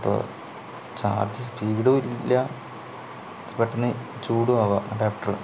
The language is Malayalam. അപ്പോൾ ചാർജ് സ്പീഡും ഇല്ല പെട്ടെന്ന് ചൂടും ആവുക അഡാപ്റ്റർ